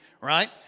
right